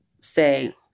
say